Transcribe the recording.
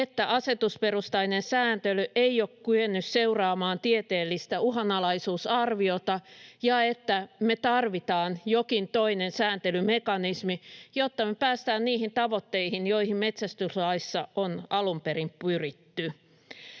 että asetusperustainen sääntely ei ole kyennyt seuraamaan tieteellistä uhanalaisuusarviota ja että me tarvitaan jokin toinen sääntelymekanismi, jotta me päästään niihin tavoitteisiin, joihin metsästyslaissa on alun perin pyritty.